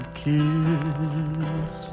kiss